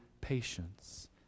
patience